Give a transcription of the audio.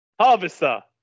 Harvester